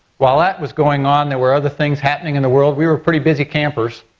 while that was going on, there were other things happening in the world. we were pretty busy campers.